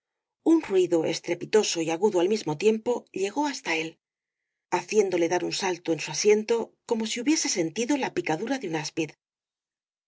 un ruido estrepitoso y agudo al mismo tiempo llegó hasta él haciéndole dar un salto en su asiento como si hubiese sentido la picadura de un áspid